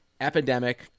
epidemic